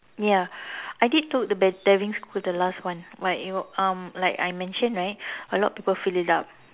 ya I did took the dri~ driving school the last one but it was um like I mentioned right a lot people filled it up